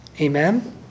Amen